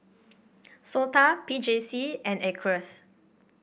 SOTA P J C and Acres